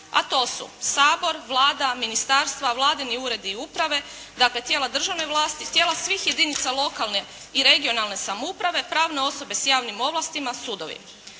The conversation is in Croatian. a to su Sabor, Vlada, ministarstva, vladini uredi i uprave, dakle tijela državne vlasti, tijela svih jedinima lokalne i regionalne samouprave, pravne osobe s javnim ovlastima, sudovi.